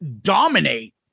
dominate